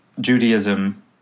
Judaism